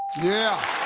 yeah.